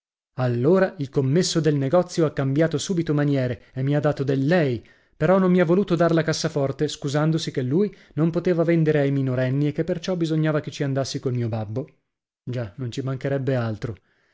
allora il commesso del negozio ha cambiato subito maniere e mi ha dato del lei però non mi ha voluto dar la cassaforte scusandosi che lui non poteva vendere ai minorenni e che perciò bisognava che ci andassi col mio babbo già non ci mancherebbe altro